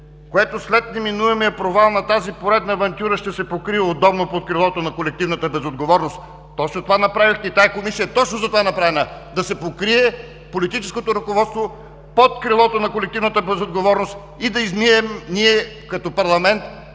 което след неминуемия провал на тази поредна авантюра ще се покрие удобно под крилото на колективната безотговорност“. Точно това направихте и тази Комисия точно затова е направена – да се покрие политическото ръководство под крилото на колективната безотговорност и да измием ние, като парламент,